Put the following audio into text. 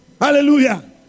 Hallelujah